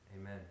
Amen